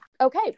Okay